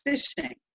fishing